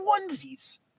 onesies